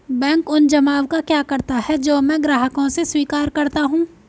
Bank उन जमाव का क्या करता है जो मैं ग्राहकों से स्वीकार करता हूँ?